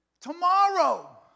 Tomorrow